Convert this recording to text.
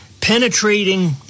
penetrating